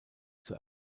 zur